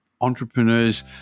entrepreneurs